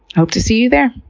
hope to see you there.